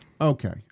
Okay